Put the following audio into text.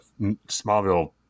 Smallville